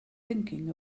thinking